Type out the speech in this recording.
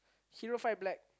Hero five black